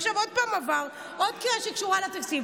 עכשיו עוד פעם עבר, עוד קריאה שקשורה לתקציב.